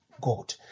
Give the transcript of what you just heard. god